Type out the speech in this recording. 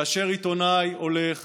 כאשר עיתונאי הולך